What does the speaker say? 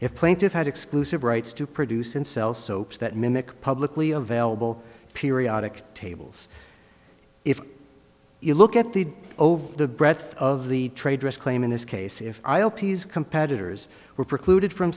if plaintiffs had exclusive rights to produce and sell soaps that mimic publicly available periodic tables if you look at the over the breadth of the trade dress claim in this case if competitors were precluded from